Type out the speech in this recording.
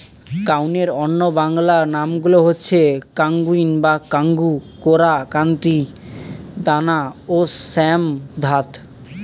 কাউনের অন্য বাংলা নামগুলো হচ্ছে কাঙ্গুই বা কাঙ্গু, কোরা, কান্তি, দানা ও শ্যামধাত